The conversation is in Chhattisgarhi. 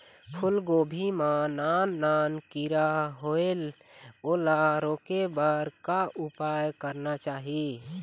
फूलगोभी मां नान नान किरा होयेल ओला रोके बर का उपाय करना चाही?